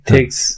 Takes